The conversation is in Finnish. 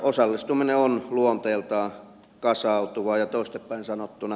osallistuminen on luonteeltaan kasautuvaa ja toisinpäin sanottuna